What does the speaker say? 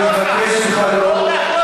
שב במקומך, אני לא מאשר, אדוני.